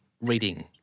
reading